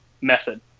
method